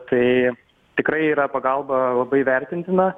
tai tikrai yra pagalba labai vertintina